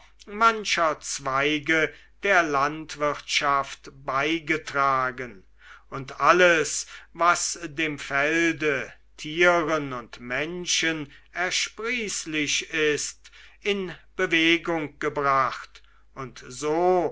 mancher zweige der landwirtschaft beigetragen und alles was dem felde tieren und menschen ersprießlich ist in bewegung gebracht und so